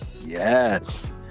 yes